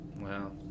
Wow